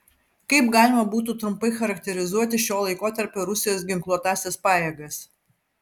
kaip galima būtų trumpai charakterizuoti šio laikotarpio rusijos ginkluotąsias pajėgas